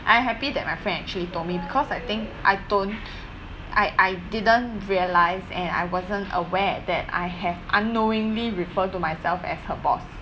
I'm happy that my friend actually told me because I think I don't I I didn't realise and I wasn't aware that I have unknowingly refer to myself as her boss